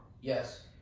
Yes